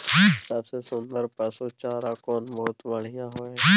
सबसे सुन्दर पसु चारा कोन बहुत बढियां होय इ?